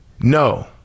No